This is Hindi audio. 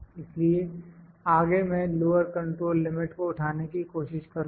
इसलिए आगे मैं लोअर कंट्रोल लिमिट को उठाने की कोशिश करूँगा